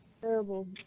Terrible